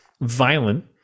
violent